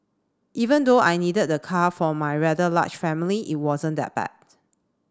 even though I needed the car for my rather large family it wasn't that bad